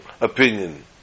opinion